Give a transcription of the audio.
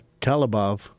Kalibov